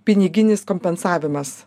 piniginis kompensavimas